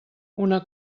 una